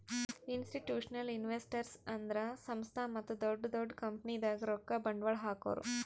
institutional investors ಅಂದ್ರ ಸಂಸ್ಥಾ ಮತ್ತ್ ದೊಡ್ಡ್ ದೊಡ್ಡ್ ಕಂಪನಿದಾಗ್ ರೊಕ್ಕ ಬಂಡ್ವಾಳ್ ಹಾಕೋರು